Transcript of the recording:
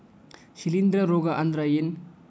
ಶಿಲೇಂಧ್ರ ರೋಗಾ ಅಂದ್ರ ಏನ್?